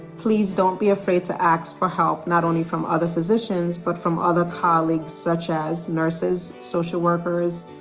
please don't be afraid to ask for help, not only from other physicians but from other colleagues such as nurses, social workers,